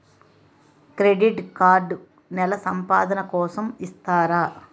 Credit card నెల సంపాదన కోసం ఇస్తారా?